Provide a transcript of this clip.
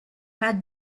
had